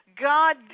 God